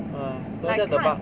uh 什么叫 the bug